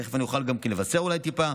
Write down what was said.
תכף אני אוכל גם לבשר אולי טיפה,